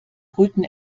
brüten